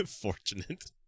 Fortunate